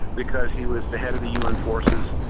because he was the head of the un forces,